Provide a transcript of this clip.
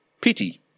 Pity